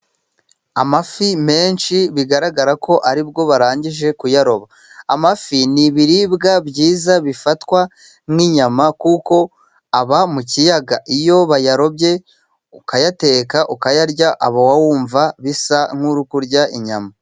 Amafi menshi ,bigaragara ko ari bwo barangije kuyaroba. Amafi ni ibiribwa byiza bifatwa nk'inyama. Kuko aba mu kiyaga iyo bayarobye, ukayateka ukayarya. Uba wumva bisa nk'uri kurya inyama.